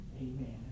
Amen